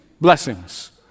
blessings